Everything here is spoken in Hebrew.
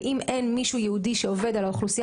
ואם אין מישהו ייעודי שעובד על האוכלוסיה